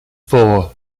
four